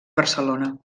barcelona